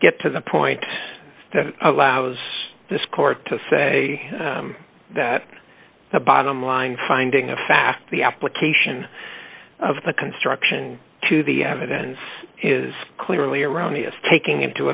get to the point that allows this court to say that the bottom line finding of fact the application of the construction to the evidence is clearly erroneous taking into